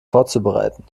vorzubereiten